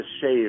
shave